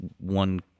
one